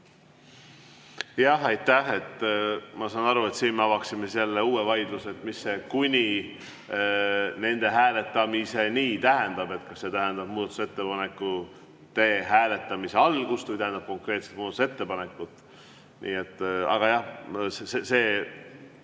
Jah, aitäh! Ma saan aru, et siin me avaksime jälle uue vaidluse, nimelt, mis see "kuni nende hääletamiseni" tähendab – kas see tähendab muudatusettepanekute hääletamise algust või tähendab konkreetset muudatusettepanekut? Aga jah, selle